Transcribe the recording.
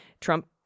Trump